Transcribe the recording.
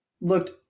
looked